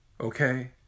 okay